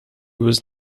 was